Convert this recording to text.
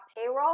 payroll